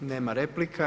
Nema replika.